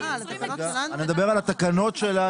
אני מדבר על התקנות שלנו.